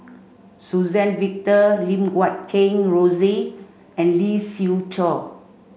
Suzann Victor Lim Guat Kheng Rosie and Lee Siew Choh